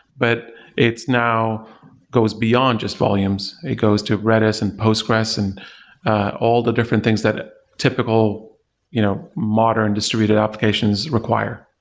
but it's now goes beyond just volumes. it goes to redis and postgresql and all the different things that typical you know modern distributed applications require